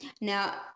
Now